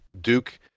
Duke